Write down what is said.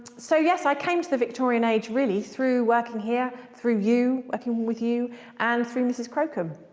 so yes i came to the victorian age really through working here, through you, working with you and through mrs crocombe.